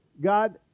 God